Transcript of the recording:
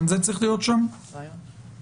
גם זה צריך להיות שם בשם השקיפות?